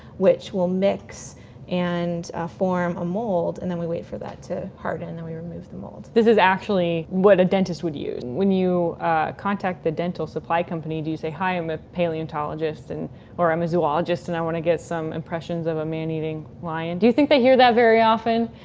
which will mix and form a mold and then we wait for that to harden, and then we remove the mold this is actually what a dentist would use. when you contact the dental supply company, do you say hi, i'm a paleontologist and or i'm a zoologist and i wanna get some impressions of a man eating lion do you think they hear that very often?